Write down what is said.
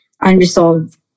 unresolved